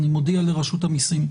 אני מודיע לרשות המיסים.